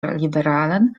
liberalen